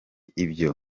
ibyo